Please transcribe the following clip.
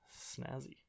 snazzy